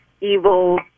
evil